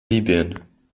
libyen